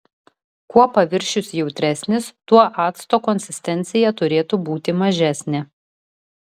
kuo paviršius jautresnis tuo acto konsistencija turėtų būti mažesnė